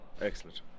Excellent